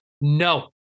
No